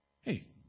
Hey